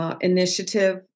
Initiative